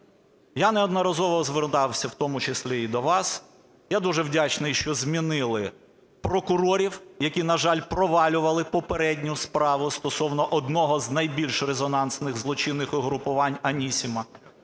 Я неодноразово звертався в тому числі і до вас. Я дуже вдячний, що змінили прокурорів, які, на жаль, провалювали попередню справу стосовно одного з найбільш резонансних злочинних угрупувань "Анісіма".